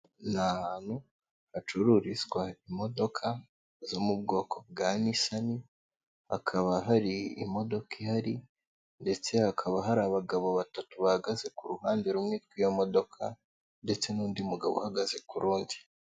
Ni ahantu hacururizwa imodoka zo mu bwoko bwa nisani, hakaba hari imodoka ihari, ndetse hakaba hari abagabo batatu bahagaze ku ruhande rumwe rw'iyo modoka ndetse n'undi mugabo uhagaze ku rundi.